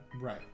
Right